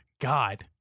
God